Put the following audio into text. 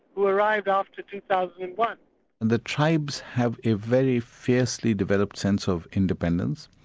who arrived after two thousand and one. and the tribes have a very fiercely developed sense of independence,